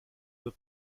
the